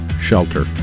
shelter